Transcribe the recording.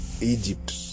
Egypt